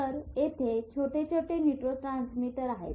तर येथे छोटे छोटे न्यूरोट्रांसमीटर आहेत